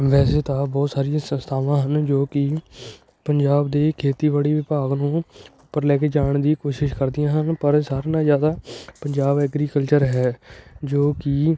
ਵੈਸੇ ਤਾਂ ਬਹੁਤ ਸਾਰੀਆਂ ਸੰਸਥਾਵਾਂ ਹਨ ਜੋ ਕਿ ਪੰਜਾਬ ਦੇ ਖੇਤੀਬਾੜੀ ਵਿਭਾਗ ਨੂੰ ਉੱਪਰ ਲੈ ਕੇ ਜਾਣ ਦੀ ਕੋਸ਼ਿਸ਼ ਕਰਦੀਆਂ ਹਨ ਪਰ ਸਾਰਿਆਂ ਨਾਲੋਂ ਜ਼ਿਆਦਾ ਪੰਜਾਬ ਐਗਰੀਕਲਚਰ ਹੈ ਜੋ ਕਿ